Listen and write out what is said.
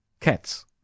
cats